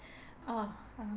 uh uh